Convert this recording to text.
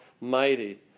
mighty